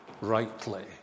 rightly